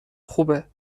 خوبه